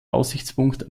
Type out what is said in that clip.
aussichtspunkt